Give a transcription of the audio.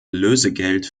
lösegeld